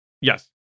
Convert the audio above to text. yes